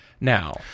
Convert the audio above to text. Now